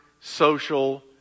social